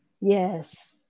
Yes